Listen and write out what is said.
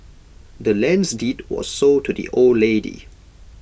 the land's deed was sold to the old lady